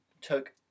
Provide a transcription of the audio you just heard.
took